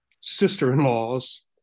sister-in-laws